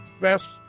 best